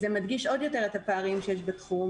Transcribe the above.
זה מדגיש עוד יותר את הפערים שיש בתחום.